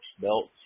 belts